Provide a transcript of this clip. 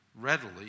readily